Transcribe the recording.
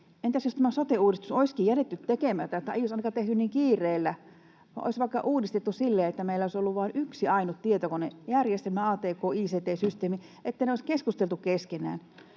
Entäs jos tämä sote-uudistus olisikin jätetty tekemättä, tai ei olisi ainakaan tehty niin kiireellä? Olisi vaikka uudistettu silleen, että meillä olisi ollut vain yksi ainut tietokonejärjestelmä — atk-, ict-systeemi — niin että ne olisivat keskustelleet keskenään.